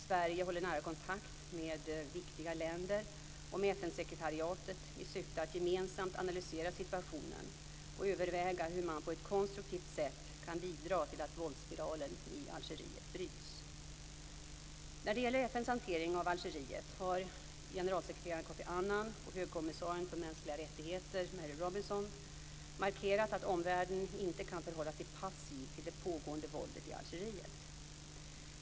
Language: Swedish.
Sverige håller nära kontakt med viktiga länder och med FN-sekretariatet i syfte att gemensamt analysera situationen och överväga hur man på ett konstruktivt sätt kan bidra till att våldsspiralen i Algeriet bryts. När det gäller FN:s hantering av Algeriet har generalsekreteraren Kofi Annan och högkommissarien för mänskliga rättigheter, Mary Robinson, markerat att omvärlden inte kan förhålla sig passivt till det pågående våldet i Algeriet.